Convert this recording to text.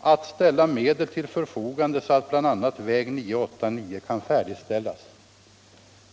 att ställa medel till förfogande så att bl.a. väg 989 kan färdigställas?